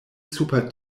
super